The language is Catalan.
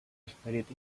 esperit